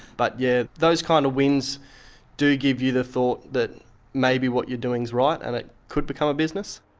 but yes, yeah those kind of wins do give you the thought that maybe what you're doing is right, and it could become a business.